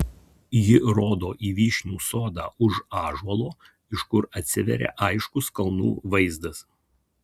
ji rodo į vyšnių sodą už ąžuolo iš kur atsiveria aiškus kalnų vaizdas